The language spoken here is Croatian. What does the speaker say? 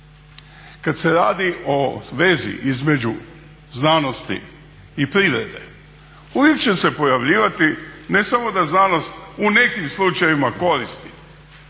Kad se radi o vezi između znanosti i privrede uvijek će se pojavljivati ne samo da znanost u nekim slučajevima koristi,